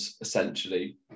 essentially